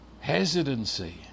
hesitancy